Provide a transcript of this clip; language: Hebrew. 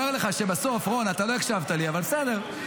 רון, לא הקשבת לי, אבל בסדר.